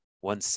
one